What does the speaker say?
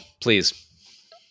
please